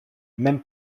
même